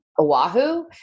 Oahu